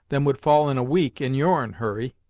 than would fall in a week in your'n, hurry!